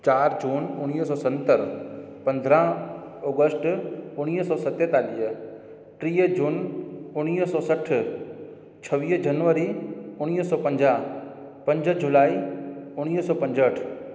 चारि जून उणिवीह सौ सतरि पंद्रहं ओगस्ट उणिवीह सौ सतेतालीह टीह जून उणिवीह सौ सठ छवीह जनवरी उणिवीह सौ पंजा्हु पंज जुलाई उणिवीह सौ पंजहठि